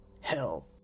Hell